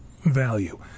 value